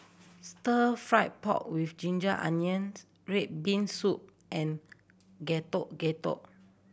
Stir Fried Pork With Ginger Onions red bean soup and Getuk Getuk